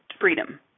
freedom